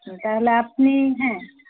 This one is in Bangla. তাহলে আপনি হ্যাঁ